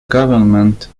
government